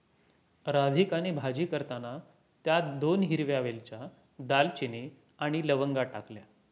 राधिकाने भाजी करताना त्यात दोन हिरव्या वेलच्या, दालचिनी आणि लवंगा टाकल्या